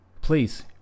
please